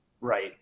Right